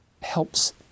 helps